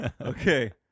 Okay